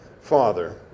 father